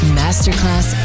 masterclass